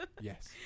Yes